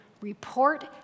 report